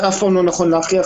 זה אף פעם לא נכון להכריח,